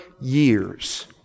years